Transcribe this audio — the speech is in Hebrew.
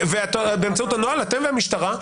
באמצעות הנוהל, אתם והמשטרה.